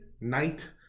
night